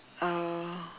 uh